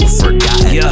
forgotten